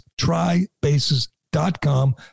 trybases.com